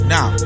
Now